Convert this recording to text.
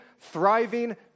thriving